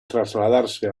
trasladarse